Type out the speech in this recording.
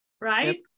right